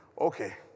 Okay